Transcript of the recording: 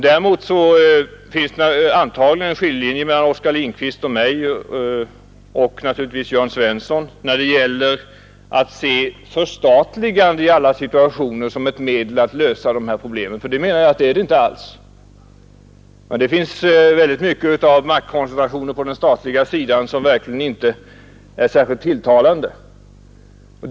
Däremot finns det antagligen en skiljelinje mellan Oskar Lindkvist och mig och naturligtvis även mellan Jörn Svensson och mig när det gäller att i alla situationer se ett förstatligande som ett medel att lösa dessa problem. Förstatligande löser inga problem i och för sig enligt min uppfattning, för det finns mycket av maktkoncentration även på den statliga sidan som verkligen inte är särskilt tilltalande.